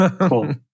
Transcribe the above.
cool